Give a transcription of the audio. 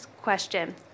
question